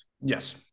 Yes